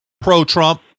pro-Trump